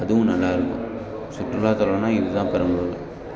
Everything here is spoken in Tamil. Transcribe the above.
அதுவும் நல்லாயிருக்கும் சுற்றுலாத் தலம்னா இது தான் பெரம்பலூரில்